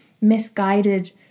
misguided